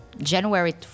January